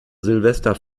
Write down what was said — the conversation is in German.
silvester